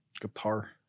Guitar